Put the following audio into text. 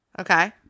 Okay